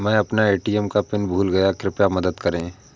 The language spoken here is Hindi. मै अपना ए.टी.एम का पिन भूल गया कृपया मदद करें